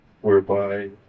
whereby